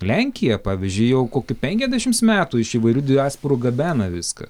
lenkija pavyzdžiui jau kokių penkiasdešims metų iš įvairių diasporų gabena viską